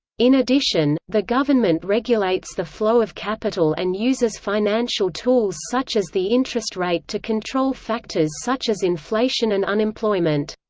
in addition, the government regulates the flow of capital and uses financial tools such as the interest rate to control factors such as inflation and unemployment.